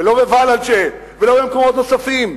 ולא בוולאג'ה ולא במקומות נוספים.